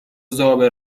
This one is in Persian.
زابه